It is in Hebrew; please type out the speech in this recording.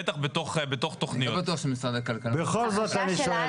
בטח בתוך תוכניות --- בכל זאת אני שואל,